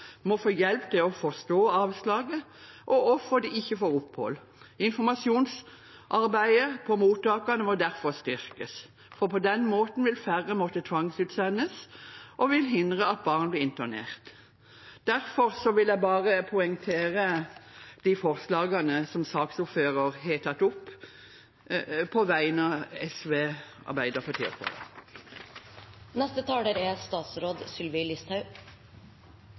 må få hjelp til å forstå avslaget og hvorfor de ikke får opphold. Informasjonsarbeidet på mottakene må derfor styrkes, for på den måten vil færre måtte tvangsutsendes, og det vil hindre at barn blir internert. Derfor vil jeg poengtere de forslagene som saksordføreren har tatt opp på vegne av SV, Arbeiderpartiet